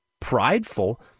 prideful